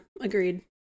agreed